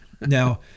Now